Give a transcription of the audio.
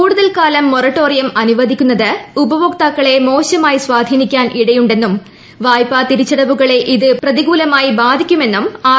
കൂടുതൽ കാലം മൊറുട്ടോറിയം അനുവദിക്കുന്നത് ഉപഭോക്താക്കളെ മോർട്ട്മായി സ്വാധീനിക്കാൻ ഇടയുണ്ടെന്നും വായ്പാ തിരിച്ചടവുകളെ ഇത് പ്രതികൂലമായി ബാധിക്കുമെന്നും ആർ